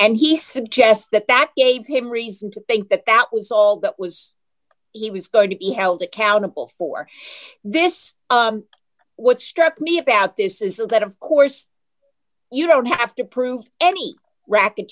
and he suggests that that gave him reason to think that that was all that was he was going to be held accountable for this what struck me about this is so that of course you don't have to prove any racket